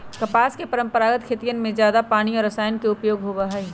कपास के परंपरागत खेतियन में जादा पानी और रसायन के उपयोग होबा हई